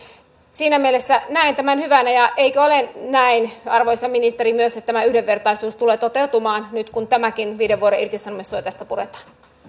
siinä mielessä näen tämän hyvänä ja eikö ole myös näin arvoisa ministeri että tämä yhdenvertaisuus tulee toteutumaan nyt kun tämä viiden vuoden irtisanomissuoja tästä puretaan